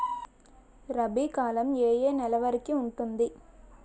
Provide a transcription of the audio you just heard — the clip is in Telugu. రబీ కాలం ఏ ఏ నెల వరికి ఉంటుంది?